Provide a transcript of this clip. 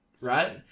right